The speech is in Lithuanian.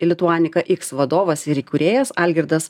lituanika iks vadovas ir įkūrėjas algirdas